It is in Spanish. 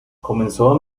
comenzó